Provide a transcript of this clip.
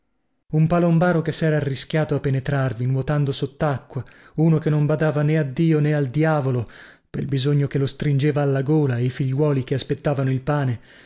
un palombaro che sera arrischiato a penetrarvi nuotando sottacqua uno che non badava a dio nè al diavolo pel bisogno che lo stringeva alla gola e i figliuoli che aspettavano il pane